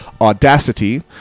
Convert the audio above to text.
audacity